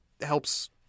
helps